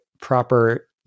proper